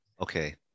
Okay